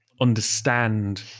understand